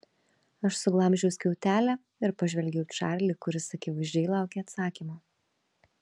aš suglamžiau skiautelę ir pažvelgiau į čarlį kuris akivaizdžiai laukė atsakymo